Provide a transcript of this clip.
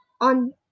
on